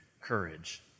courage